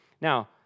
Now